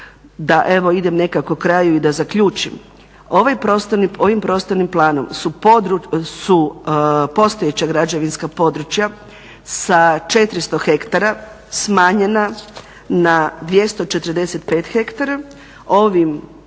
Da evo idem nekako kraju i da zaključim. Ovim prostornim planom su postojeća građevinska područja sada 400 hektara smanjena na 245 hektara.